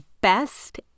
best